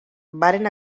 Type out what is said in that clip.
varen